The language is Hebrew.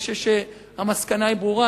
אני חושב שהמסקנה ברורה,